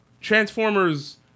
Transformers